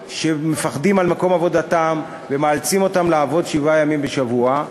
שמפחדים על מקום עבודתם ומאלצים אותם לעבוד שבעה ימים בשבוע,